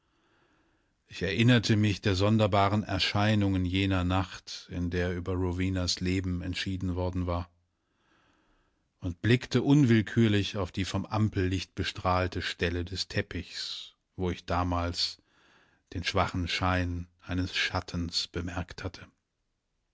ich erinnerte mich der sonderbaren erscheinungen jener nacht in der über rowenas leben entschieden worden war und blickte unwillkürlich auf die vom ampellicht bestrahlte stelle des teppichs wo ich damals den schwachen schein eines schattens bemerkt hatte